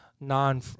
non